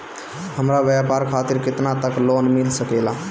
हमरा व्यापार खातिर केतना तक लोन मिल सकेला?